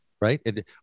right